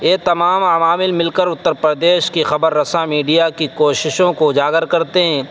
یہ تمام عوامل مل کر اتّر پردیش کی خبر رساں میڈیا کی کوششوں کو اجاگر کرتے ہیں